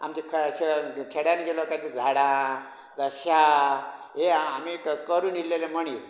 आमची श् खेड्यांत गेलो काय ती झाडां शां हें आमी थंय करून येयल्लेले मनीस